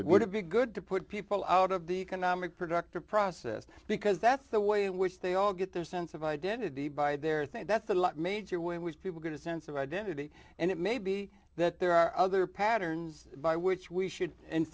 it would be good to put people out of the economic productive process because that's the way in which they all get their sense of identity by their think that's a lot major way in which people get a sense of identity and it may be that there are other patterns by which we should